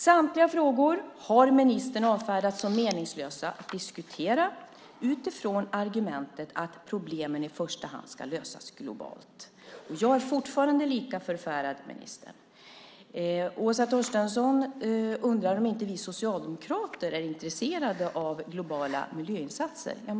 Samtliga frågor har ministern avfärdat som meningslösa att diskutera utifrån argumentet att problemen i första hand ska lösas globalt. Jag är fortfarande lika förfärad, ministern. Åsa Torstensson undrar om inte vi socialdemokrater är intresserade av globala miljöinsatser.